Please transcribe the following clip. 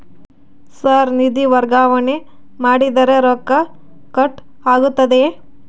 Sir ನಿಧಿ ವರ್ಗಾವಣೆ ಮಾಡಿದರೆ ರೊಕ್ಕ ಕಟ್ ಆಗುತ್ತದೆಯೆ?